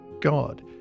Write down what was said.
God